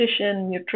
nutritionist